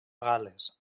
gal·les